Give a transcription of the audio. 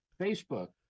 Facebook